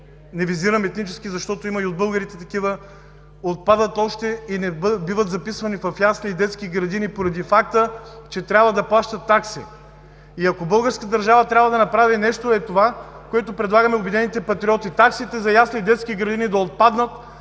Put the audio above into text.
не визирам етнически, защото има и от българите такива, отпадат още – не биват записвани в ясли и детски градини поради факта, че трябва да плащат такси. И ако българската държава трябва да направи нещо, е това, което предлагаме „Обединените патриоти“: таксите за ясли и детски градини да отпаднат,